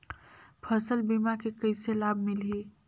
फसल बीमा के कइसे लाभ मिलही?